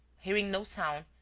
hearing no sound,